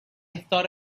thought